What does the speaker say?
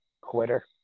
Quitter